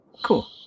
Cool